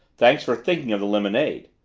thanks for thinking of the lemonade.